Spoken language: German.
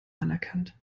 anerkannt